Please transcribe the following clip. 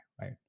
right